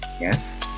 yes